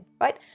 right